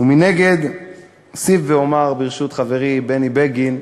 ומנגד אוסיף ואומר, ברשות חברי בני בגין,